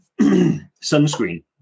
sunscreen